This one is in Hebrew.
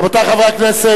רבותי חברי הכנסת,